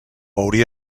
hauria